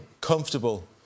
comfortable